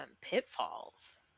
pitfalls